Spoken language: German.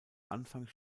anfang